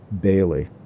Bailey